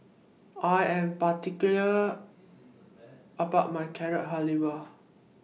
I Am particular about My Carrot Halwa